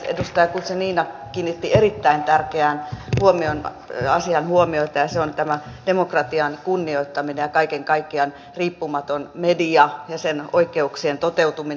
edustaja guzenina kiinnitti erittäin tärkeään asiaan huomiota ja se on tämä demokratian kunnioittaminen ja kaiken kaikkiaan riippumaton media ja sen oikeuksien toteutuminen